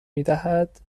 میدهد